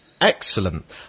Excellent